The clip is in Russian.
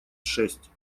шесть